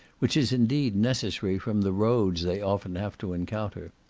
which is indeed necessary, from the roads they often have to encounter.